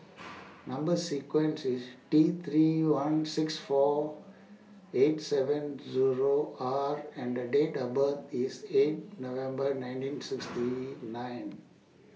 Number sequence IS T three one six four eight seven Zero R and The Date of birth IS eight November nineteen sixty nine